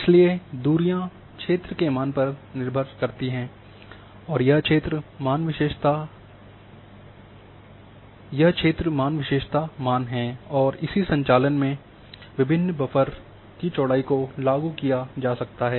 इसलिए दूरियाँ क्षेत्र के मान पर निर्भर करती हैं और यह क्षेत्र मान विशेषता मान हैं और इसी संचालन में विभिन्न बफर की चौड़ाई को लागू किया जा सकता है